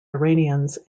iranians